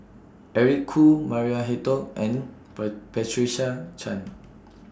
Eric Khoo Maria Hertogh and Per Patricia Chan